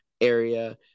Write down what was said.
area